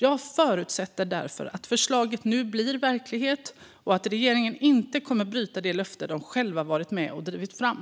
Jag förutsätter därför att förslaget nu blir verklighet och att regeringen inte kommer att bryta det löfte man själv varit med och drivit fram.